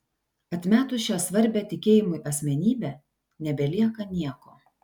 atmetus šią svarbią tikėjimui asmenybę nebelieka nieko